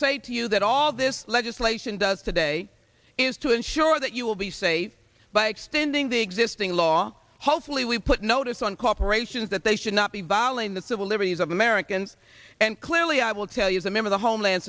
say to you that all of this legislation does today is to ensure that you will be safe by extending the existing law hopefully we put notice on cooperation that they should not be balling the civil liberties of americans and clearly i will tell you as a member the homeland